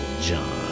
John